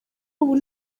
ubu